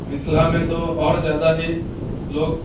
मिथिला में तो और ज़्यादा ही लोग